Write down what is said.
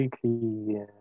completely